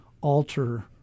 alter